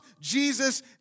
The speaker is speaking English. Jesus